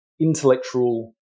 intellectual